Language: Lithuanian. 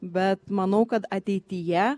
bet manau kad ateityje